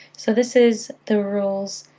so this is the rule's